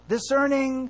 Discerning